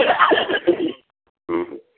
हूँ हूँ